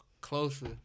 closer